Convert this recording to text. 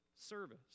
service